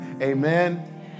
Amen